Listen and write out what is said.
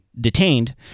detained